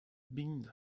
been